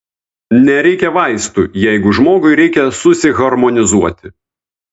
nereikia vaistų jeigu žmogui reikia susiharmonizuoti